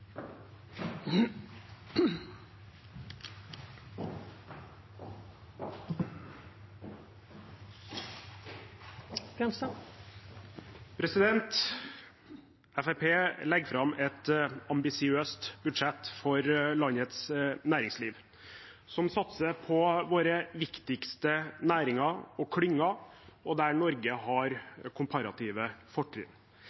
omme. Fremskrittspartiet legger fram et ambisiøst budsjett for landets næringsliv, som satser på våre viktigste næringer og klynger, og der Norge